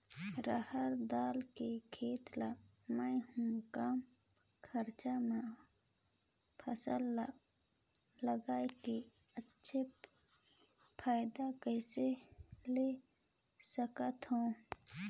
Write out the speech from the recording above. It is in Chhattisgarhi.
रहर दाल के खेती ला मै ह कम खरचा मा फसल ला लगई के अच्छा फायदा कइसे ला सकथव?